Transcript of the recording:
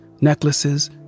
necklaces